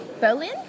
Berlin